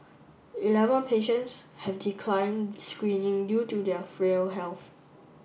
eleven patients have decline screening due to their frail health